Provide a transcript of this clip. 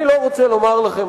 אני לא רוצה לומר לכם,